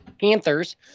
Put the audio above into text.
Panthers